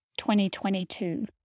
2022